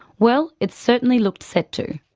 well, it certainly looked set to.